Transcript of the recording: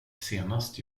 senast